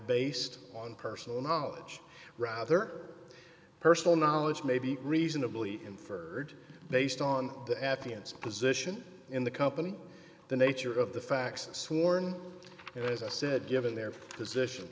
based on personal knowledge rather personal knowledge may be reasonably inferred they sed on the affianced position in the company the nature of the facts sworn in as i said given their position